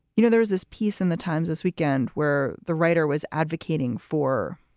you know, there is this piece in the times this weekend where the writer was advocating for